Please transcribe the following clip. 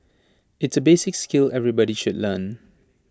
it's A basic skill everybody should learn